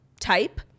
type